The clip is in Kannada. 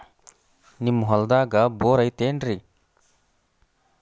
ನಿಮ್ಮ ಹೊಲ್ದಾಗ ಬೋರ್ ಐತೇನ್ರಿ?